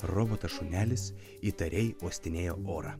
robotas šunelis įtariai uostinėjo orą